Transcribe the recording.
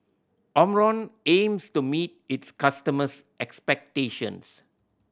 Omron aims to meet its customers' expectations